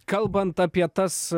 kalbant apie tas